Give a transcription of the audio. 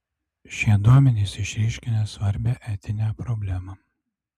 šie duomenys išryškina svarbią etinę problemą